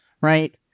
right